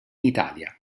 italia